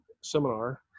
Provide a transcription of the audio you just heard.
seminar